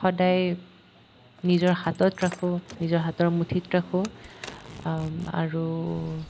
সদায় নিজৰ হাতত ৰাখোঁ নিজৰ হাতৰ মুঠিত ৰাখোঁ আৰু